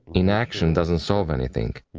inaction doesn't solve anything.